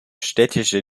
städtische